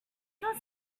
not